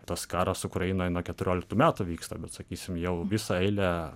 tas karas ukrainoj nuo keturioliktų metų vyksta bet sakysim jau visą eilę